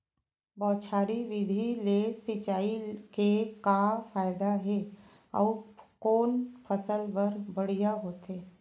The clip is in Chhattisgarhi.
बौछारी विधि ले सिंचाई के का फायदा हे अऊ कोन फसल बर बढ़िया होथे?